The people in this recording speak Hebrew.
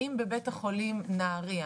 האם בבית החולים נהריה,